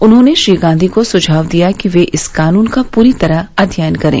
उन्होंने श्री गांधी को सुझाव दिया कि वे इस कानून का पूरी तरह अध्ययन करें